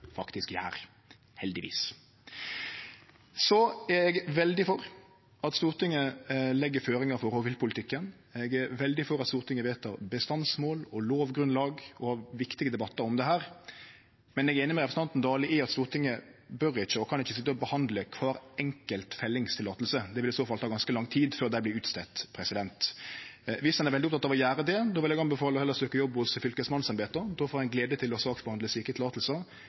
faktisk gjer, heldigvis. Eg er veldig for at Stortinget legg føringar for rovviltpolitikken. Eg er veldig for at Stortinget vedtek bestandsmål, lovgrunnlag og har viktige debattar om det her, men eg er einig med representanten Dale i at Stortinget bør ikkje og kan ikkje sitje og behandle kvart enkelt fellingsløyve. Det ville i så fall ta ganske lang tid før dei vert gjevne. Viss ein er veldig oppteken av å gjere det, vil eg heller anbefale at ein søkjer jobb hos fylkesmannsembeta. Då får ein glede seg over å saksbehandle slike